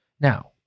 Now